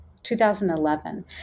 2011